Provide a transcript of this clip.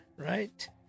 right